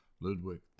Ludwig